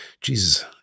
Jesus